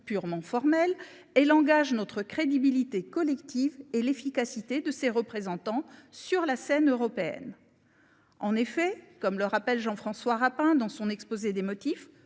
purement formelle. Elle engage notre crédibilité collective et l’efficacité de ses représentants sur la scène européenne. En effet, comme le rappelle Jean François Rapin dans son exposé des motifs